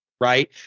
Right